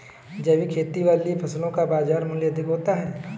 जैविक खेती वाली फसलों का बाजार मूल्य अधिक होता है